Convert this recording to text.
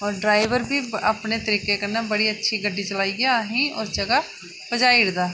होर ड्राईवर भी बड़े अच्छे तरीके कन्नै गड्डी चलाइयै बी असेंगी उस जगह पजाई ओड़दा